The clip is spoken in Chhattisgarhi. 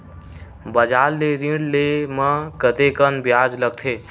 बजार ले ऋण ले म कतेकन ब्याज लगथे?